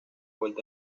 vuelto